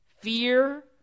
fear